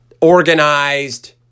organized